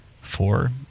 four